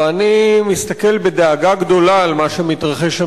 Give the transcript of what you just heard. ואני מסתכל בדאגה גדולה על מה שמתרחש שם